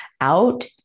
out